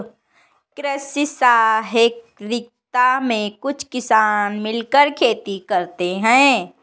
कृषि सहकारिता में कुछ किसान मिलकर खेती करते हैं